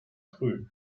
früh